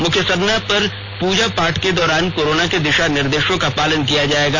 मुख्य सरना पर पूजा पाठ के दौरान कोरोना के दिशा निर्देशों का पालन किया जायेगा